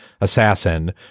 assassin